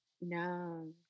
No